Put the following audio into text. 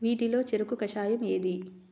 వీటిలో చెరకు కషాయం ఏది?